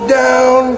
down